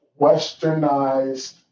westernized